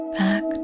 back